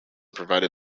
provided